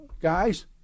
guys